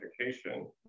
education